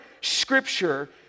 Scripture